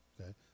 Okay